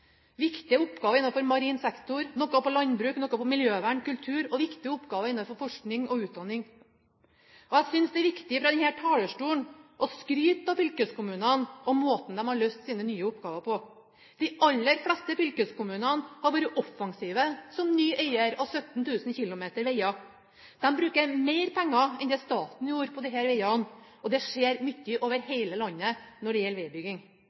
viktige oppgaver innenfor marin sektor, noe på landbruk, noe på miljøvern, kultur og viktige oppgaver innenfor forskning og utdanning. Jeg synes det er viktig fra denne talerstolen å skryte av fylkeskommunene og måten de har løst sine nye oppgaver på. De aller fleste fylkeskommunene har vært offensive som ny eier av 17 000 km veier. De bruker mer penger enn det staten gjorde på disse veiene, og det skjer mye over hele landet når det gjelder